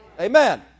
Amen